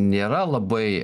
nėra labai